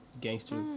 Gangster